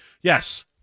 yes